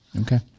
Okay